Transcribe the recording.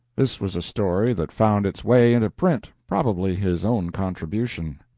this was a story that found its way into print, probably his own contribution.